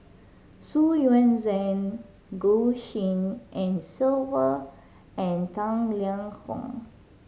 Xu Yuan Zhen Goh Tshin En Sylvia and Tang Liang Hong